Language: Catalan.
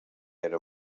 era